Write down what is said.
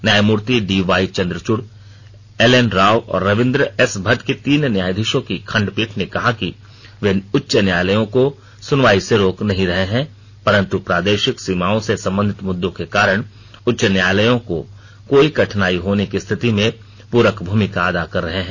न्यायमूर्ति D Y Chandrachud L N Rao और Ravindra S Bhatt की तीन न्यायाधीशों की खंडपीठ ने कहा कि वे उच्च न्यायालयों को सुनवाई से रोक नहीं रहे हैं परंतु प्रादेशिक सीमाओं से संबंधित मुद्दों के कारण उच्च न्यायालयों को कोई कठिनाई होने की स्थिति में पूरक भूमिका अदा कर रहे हैं